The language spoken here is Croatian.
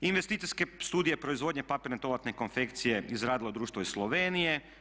Investicijske studije proizvodnje papirne toaletne konfekcije izradilo je društvo iz Slovenije.